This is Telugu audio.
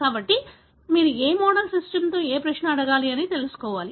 కాబట్టి మీరు ఏ మోడల్ సిస్టమ్తో ఏ ప్రశ్న అడగాలి అని తెలుసుకోవాలి